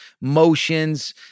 motions